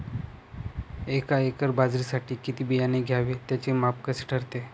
एका एकर बाजरीसाठी किती बियाणे घ्यावे? त्याचे माप कसे ठरते?